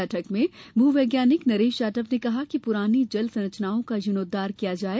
बैठक में भू वैज्ञानिक नरेष जाटव ने कहा कि पुरानी जल संरचनाओं का जीर्णोद्वार किया जाये